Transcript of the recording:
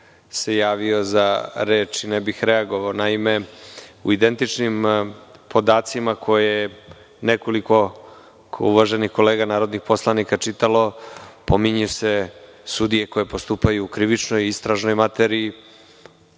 se javio za reč i ne bih reagovao. Naime, u identičnim podacima koje je nekoliko uvaženih kolega narodnih poslanika čitalo pominju se sudije koje postupaju u krivičnoj i istražnoj materiji.